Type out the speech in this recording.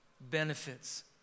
benefits